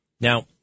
Now